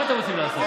מה אתם רוצים לעשות?